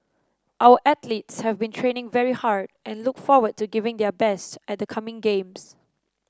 our athletes have been training very hard and look forward to giving their best at the coming games